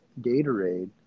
Gatorade